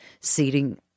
seating